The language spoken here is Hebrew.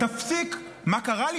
תפסיק, מה קרה לי?